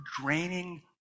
draining